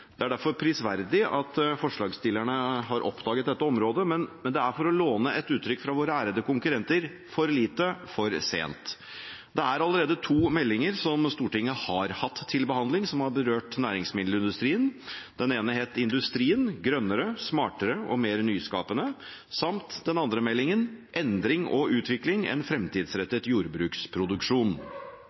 Det er derfor prisverdig at forslagsstillerne har oppdaget dette området, men det er, for å låne et uttrykk fra våre ærede konkurrenter, for lite, for sent. Det er allerede to meldinger som Stortinget har hatt til behandling, som har berørt næringsmiddelindustrien. Den ene het Industrien – grønnere, smartere og mer nyskapende, og den andre meldingen het Endring og utvikling – En fremtidsrettet jordbruksproduksjon.